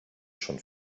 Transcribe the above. schon